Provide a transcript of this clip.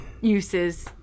Uses